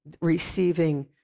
receiving